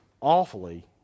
awfully